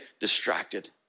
distracted